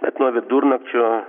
bet nuo vidurnakčio